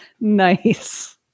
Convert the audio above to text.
nice